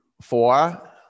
Four